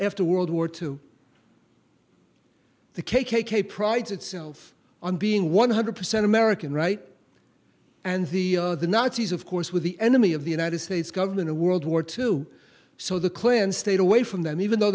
after world war two the k k k prides itself on being one hundred percent american right and the nazis of course with the enemy of the united states government of world war two so the klan stayed away from them even though